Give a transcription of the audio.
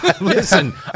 Listen